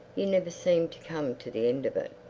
you never seemed to come to the end of it.